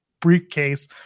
briefcase